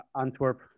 Antwerp